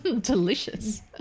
Delicious